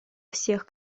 всех